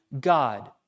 God